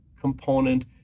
component